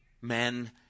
men